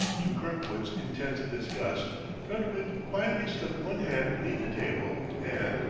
to kirkwood's intense disgust brentwick quietly slipped one hand beneath the table and,